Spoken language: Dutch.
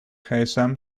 gsm